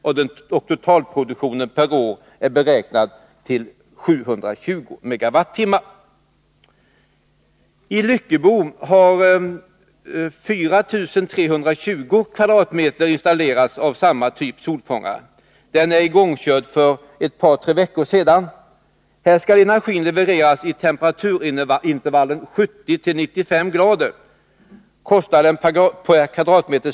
Beräknad totalproduktion per år är ca 720 MWh. I Lyckebo har 4 320 m? installerats av samma typ av solfångare. Den är igångkörd för ett par tre veckor sedan. Här skall energin levereras vid temperaturintervallet 70-95 grader. Kostnaden per m?